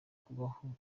kubaho